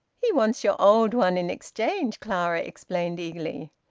he wants your old one in exchange, clara explained eagerly.